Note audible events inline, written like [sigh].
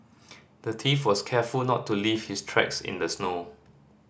[noise] the thief was careful not to leave his tracks in the snow